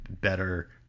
better